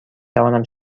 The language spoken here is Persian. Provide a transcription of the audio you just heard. توانم